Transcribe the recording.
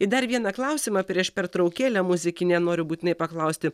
i dar vieną klausimą prieš pertraukėlę muzikinę noriu būtinai paklausti